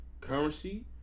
Currency